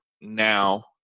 now